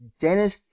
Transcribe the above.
Dennis